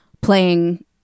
playing